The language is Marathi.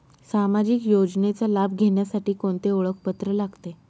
सामाजिक योजनेचा लाभ घेण्यासाठी कोणते ओळखपत्र लागते?